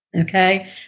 Okay